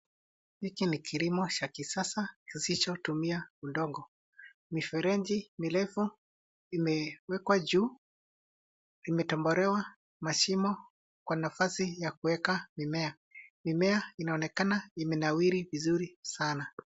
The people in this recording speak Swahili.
Hiki ni kilimo cha kisasa kisicho tumia udongo. Mifereji mirefu imewekwa juu. Imetobolewa mashimo kwa nafasi ya kuweka mimea. Mimea inaonekana imenawiri vizuri sana.